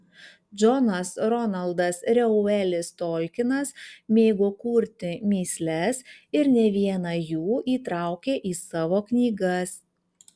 džonas ronaldas reuelis tolkinas mėgo kurti mįsles ir ne vieną jų įtraukė į savo knygas